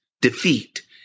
Defeat